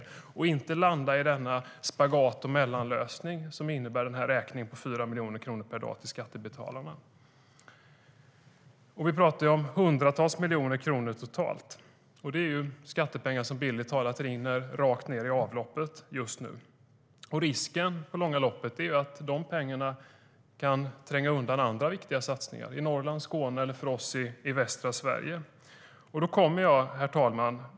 Då hade man inte landat i denna spagat och mellanlösning som innebär en räkning på 4 miljoner kronor per dag till skattebetalarna. Herr talman!